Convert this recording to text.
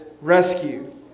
rescue